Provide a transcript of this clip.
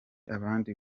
abandi